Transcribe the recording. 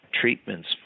treatments